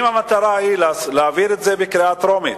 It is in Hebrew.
אם המטרה היא להעביר את זה בקריאה טרומית,